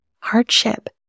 hardship